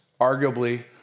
Arguably